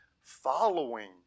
following